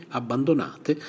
abbandonate